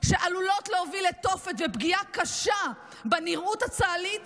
שעלולות להוביל לתופת ופגיעה קשה בנראות הצה"לית